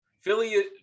Philly